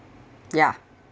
ya